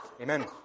Amen